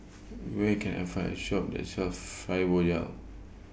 Where Can I Find A Shop that sells Fibogel